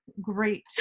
great